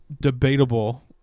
debatable